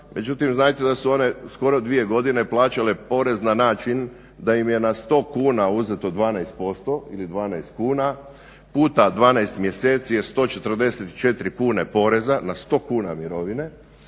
Međutim, znajte da su one skoro 2 godine plaćale porez na način da im je na 100 kuna uzeto 12% ili 12 kuna puta 12 mjeseci je 144 kune poreza na 100 kuna mirovine,